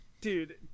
dude